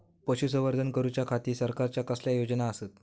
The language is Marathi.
पशुसंवर्धन करूच्या खाती सरकारच्या कसल्या योजना आसत?